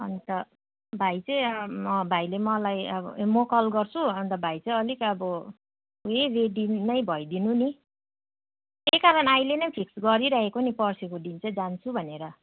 अन्त भाइ चाहिँ भाइले मलाई अब म कल गर्छु अन्त भाइ चाहिँ अलिक अब रेडी नै भइदिनु नि त्यही कारण अहिले नै फिक्स गरिरहेको नि पर्सिको दिन चाहिँ जान्छु भनेर